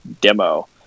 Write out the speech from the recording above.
demo